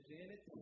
Janet